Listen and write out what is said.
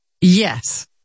yes